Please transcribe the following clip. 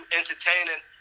entertaining